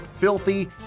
filthy